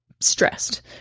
stressed